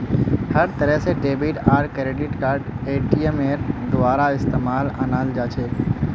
हर तरह से डेबिट आर क्रेडिट कार्डक एटीएमेर द्वारा इस्तेमालत अनाल जा छे